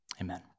Amen